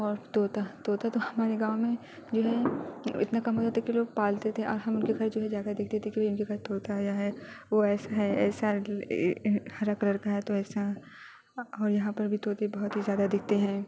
اور طوطا طوطا تو ہمارے گاؤں میں جو ہے اتنا کم ہوتا تھا کہ لوگ پالتے تھے اور ہم ان کے گھر جو ہے جا کر دیکھتے تھے کہ وہ ان کے گھر طوطا آیا ہے وہ ایسا ہے ایسا ہرا کلر کا ہے تو ایسا اور یہاں پر بھی طوطے بہت ہی زیادہ دکھتے ہیں